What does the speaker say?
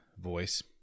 voice